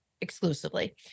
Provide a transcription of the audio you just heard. exclusively